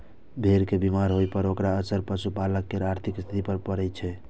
भेड़ के बीमार होइ पर ओकर असर पशुपालक केर आर्थिक स्थिति पर पड़ै छै